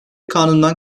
kanundan